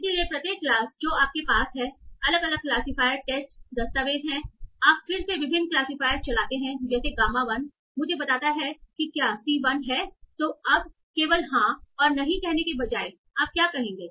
इसलिए प्रत्येक क्लास जो आपके पास है अलग अलग क्लासीफायर टेस्ट दस्तावेज़ हैं आप फिर से विभिन्न क्लासीफायर चलाते हैं जैसे गामा 1 मुझे बताता है कि क्या C 1 है तो अब केवल हाँ और नहीं कहने के बजाय आप क्या कहेंगे